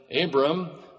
Abram